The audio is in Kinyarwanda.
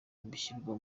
bishyirwa